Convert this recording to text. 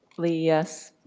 lee, yes.